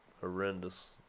horrendous